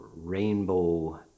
rainbow